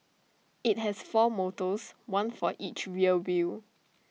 IT has four motors one for each rear wheel